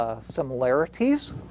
Similarities